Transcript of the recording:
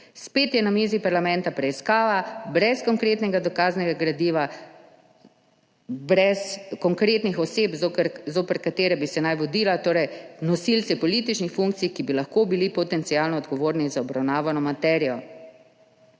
Spet je na mizi parlamentarna preiskava brez konkretnega dokaznega gradiva, brez konkretnih oseb, zoper katere naj bi se vodila, torej nosilci političnih funkcij, ki bi lahko bili potencialno odgovorni za obravnavano materijo.